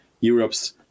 Europe's